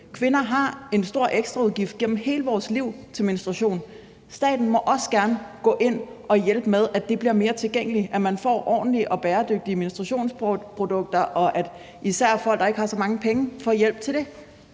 Kvinder har en stor ekstra udgift gennem hele vores liv til menstruation. Staten må også gerne gå ind og hjælpe med, at det bliver mere tilgængeligt, at man får ordentlige og bæredygtige menstruationsproduktioner, og at især folk, der ikke har så mange penge, får hjælp til det.